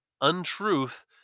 untruth